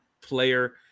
player